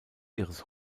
ihres